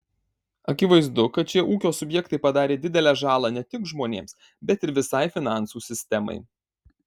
akivaizdu kad šie ūkio subjektai padarė didelę žalą ne tik žmonėms bet ir visai finansų sistemai